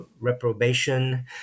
reprobation